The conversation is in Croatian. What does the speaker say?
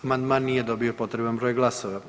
Amandman nije dobio potreban broj glasova.